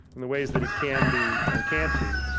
and the ways that it can be and can't be.